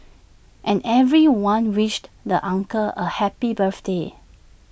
and everyone wished the uncle A happy birthday